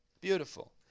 Beautiful